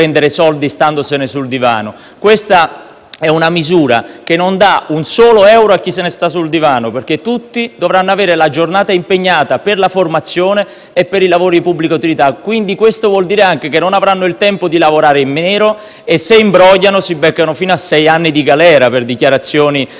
è una misura che non dà un solo euro a chi se ne sta sul divano, perché tutti dovranno avere la giornata impegnata per la formazione e per i lavori di pubblica utilità. Questo vuol dire anche che i beneficiari non avranno il tempo di lavorare in nero e, se imbrogliano, si beccano fino a sei anni di galera per dichiarazioni non